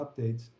updates